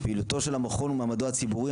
פעילותו של המכון ומעמדו הציבורי,